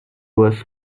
was